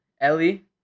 ellie